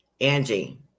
Angie